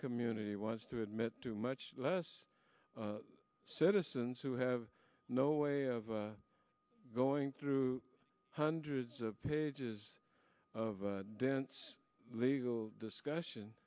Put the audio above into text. community wants to admit to much less citizens who have no way of going through hundreds of pages of dense legal discussion